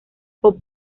pop